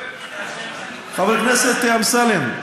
חבר הכנסת אמסלם,